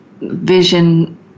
Vision